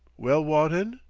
well, wotton?